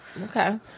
okay